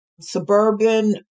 suburban